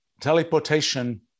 Teleportation